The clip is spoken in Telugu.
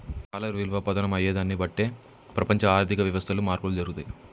డాలర్ విలువ పతనం అయ్యేదాన్ని బట్టే ప్రపంచ ఆర్ధిక వ్యవస్థలో మార్పులు జరుగుతయి